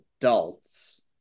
adults